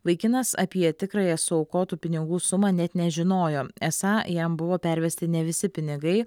vaikinas apie tikrąją suaukotų pinigų sumą net nežinojo esą jam buvo pervesti ne visi pinigai